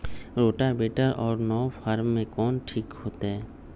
Rotavator और नौ फ़ार में कौन ठीक होतै?